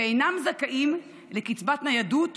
ואינם זכאים לקצבת ניידות